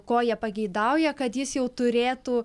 ko jie pageidauja kad jis jau turėtų